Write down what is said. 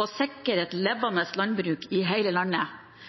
og sikre et levende landbruk i hele landet.